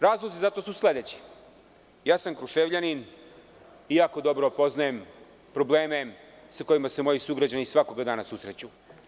Razlozi za to su sledeći – ja sam Kruševljanin, jako dobro poznajem probleme sa kojima se moji sugrađani svakog dana susreću.